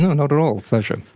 not at all, a pleasure.